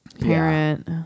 parent